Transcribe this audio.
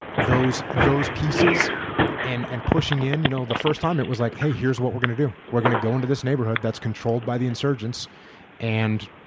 those those pieces and and pushing in, you know the first time it was like hey, here's what we're goin to do. we're going to go into this neighborhood that's controlled by the insurgents and